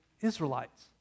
Israelites